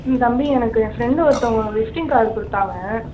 ம் தம்பி எனக்கு என் ஃப்ரெண்டு ஒருத்தவங்க விஸ்ட்டிங் கார்டு கொடுத்தாங்க